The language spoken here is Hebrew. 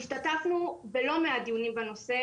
השתתפנו בלא מעט דיונים בנושא,